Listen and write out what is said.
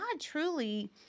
truly